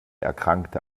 erkrankte